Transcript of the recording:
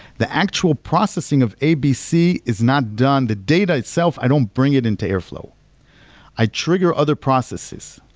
the actual processing of abc is not done. the data itself, i don't bring it into airflow i trigger other processes.